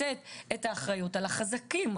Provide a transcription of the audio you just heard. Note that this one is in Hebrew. לתת את האחריות על החזקים,